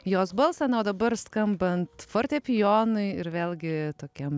jos balsą na o dabar skambant fortepijonui ir vėlgi tokiem